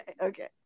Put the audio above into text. okay